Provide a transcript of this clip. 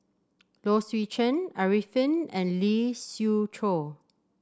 Low Swee Chen Arifin and Lee Siew Choh